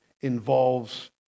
involves